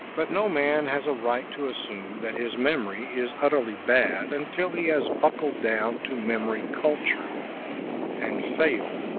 but no man has a right to assume that his memory is utterly bad until he has buckled down to memory culture and failed.